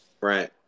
Right